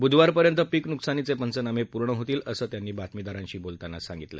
बुधवारपर्यंत पीक नुकसानीचे पंचनामे पूर्ण होतील असं त्यांनी बातमीदारांशी बोलताना सांगितलं